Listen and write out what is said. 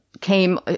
came